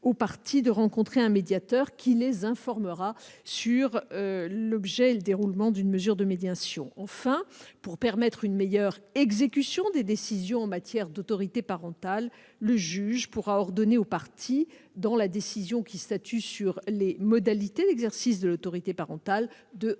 aux parties de rencontrer un médiateur qui les informera sur l'objet et le déroulement d'une mesure de médiation. Enfin, pour permettre une meilleure exécution des décisions en matière d'autorité parentale, le juge pourra ordonner aux parties, dans la décision qui statue sur les modalités d'exercice de l'autorité parentale, de rencontrer